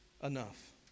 enough